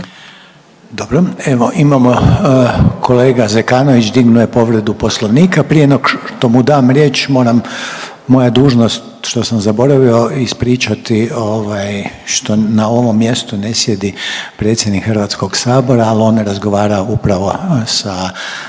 Dobro, evo imamo kolega Zekanović dignuo je povredu Poslovnika. Prije nego što mu dam riječ moram, moja je dužnost što sam zaboravio ispričati ovaj što na ovom mjestu ne sjedi predsjednik Hrvatskog sabora, ali on razgovara upravo sa austrijskim